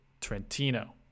Trentino